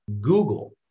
Google